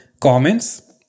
comments